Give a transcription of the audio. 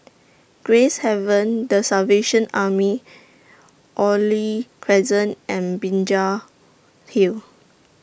Gracehaven The Salvation Army Oriole Crescent and Binjai Hill